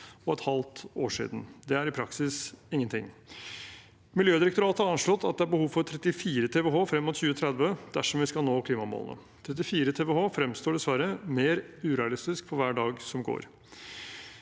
og et halvt år siden. Det er i praksis ingenting. Miljødirektoratet har anslått at det er behov for 34 TWh frem mot 2030 dersom vi skal nå klimamålene. 34 TWh fremstår dessverre mer urealistisk for hver dag som går.